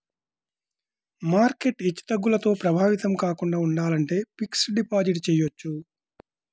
market హెచ్చుతగ్గులతో ప్రభావితం కాకుండా ఉండాలంటే ఫిక్స్డ్ డిపాజిట్ చెయ్యొచ్చు